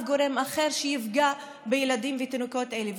גורם אחר שיפגע בילדים ותינוקות אלה.